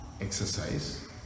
exercise